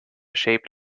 shape